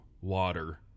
water